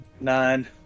Nine